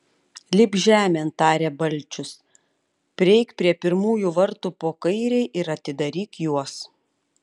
lipk žemėn tarė balčius prieik prie pirmųjų vartų po kairei ir atidaryk juos